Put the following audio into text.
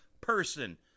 person